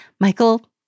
Michael